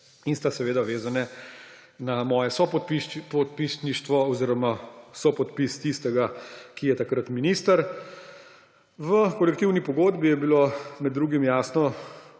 in sta seveda vezani na moje sopodpisništvo oziroma sopodpis tistega, ki je takrat minister. V kolektivni pogodbi je bilo med drugim jasno